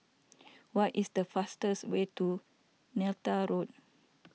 what is the fastest way to Neythal Road